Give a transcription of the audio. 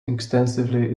extensively